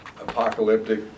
apocalyptic